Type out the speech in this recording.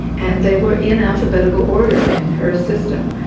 and they were in alphabetical order in her system.